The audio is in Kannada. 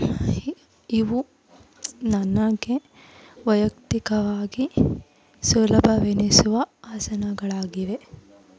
ಇವು ನನಗೆ ವೈಯಕ್ತಿಕವಾಗಿ ಸುಲಭವೆನಿಸುವ ಆಸನಗಳಾಗಿವೆ